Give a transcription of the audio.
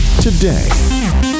today